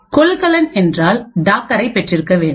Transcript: கொள்கலன் என்றால் டாக்கரை பெற்றிருக்க வேண்டும்